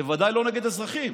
בוודאי לא נגד אזרחים,